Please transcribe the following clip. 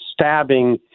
stabbing